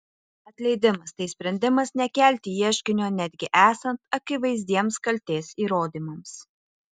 atleidimas tai sprendimas nekelti ieškinio netgi esant akivaizdiems kaltės įrodymams